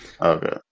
Okay